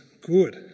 good